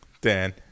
Dan